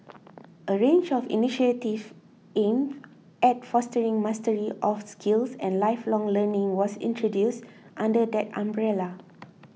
a range of initiatives aimed at fostering mastery of skills and lifelong learning was introduced under that umbrella